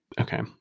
Okay